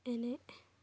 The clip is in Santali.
ᱮᱱᱮᱡ